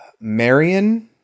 Marion